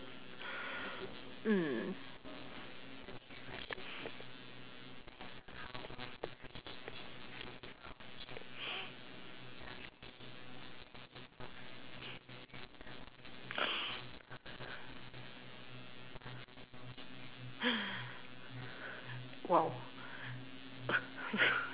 mm !wow!